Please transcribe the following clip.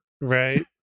Right